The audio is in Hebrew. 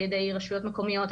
על ידי רשויות מקומיות,